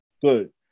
good